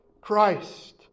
Christ